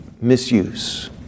misuse